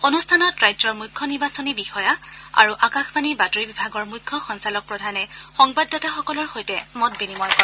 অনুষ্ঠানত ৰাজ্যৰ মুখ্য নিৰ্বাচনী বিষয়া আৰু আকাশবাণীৰ বাতৰি বিভাগৰ মুখ্য সঞ্চালকপ্ৰধানে সংবাদদাতাসকলৰ সৈতে মত বিনিময় কৰে